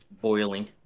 boiling